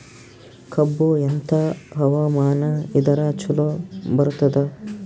ಕಬ್ಬು ಎಂಥಾ ಹವಾಮಾನ ಇದರ ಚಲೋ ಬರತ್ತಾದ?